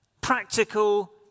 practical